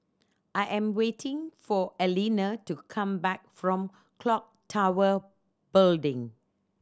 I am waiting for Alina to come back from Clock Tower Building